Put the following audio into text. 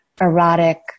erotic